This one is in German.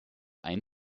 ein